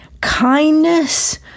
kindness